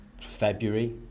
February